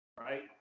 right